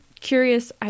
curious